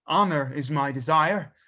honor is my desire,